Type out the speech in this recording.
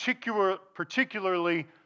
particularly